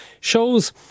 shows